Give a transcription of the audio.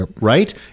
Right